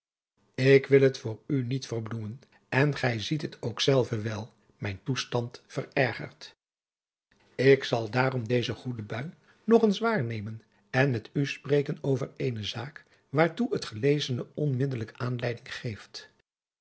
ik wil het voor u niet verbloemen en gij ziet het ook zelve wel mijn toestand verergert ik zal daarom deze goede bui nog eens waarnemen en met u spreken over eene zaak waartoe het gelezene onmiddelijk aanleiding geeft